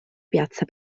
piazza